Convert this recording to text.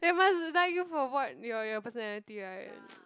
they must like you for what your your personality right